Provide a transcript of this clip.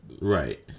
Right